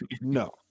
No